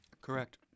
Correct